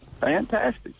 Fantastic